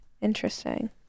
Interesting